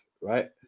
right